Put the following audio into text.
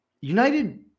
United